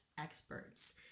experts